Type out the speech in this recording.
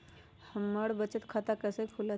हमर बचत खाता कैसे खुलत?